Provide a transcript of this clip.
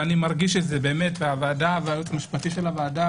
ואני מרגיש את זה מהוועדה ומהייעוץ המשפטי של הוועדה,